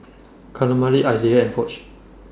Camille Isaiah and Foch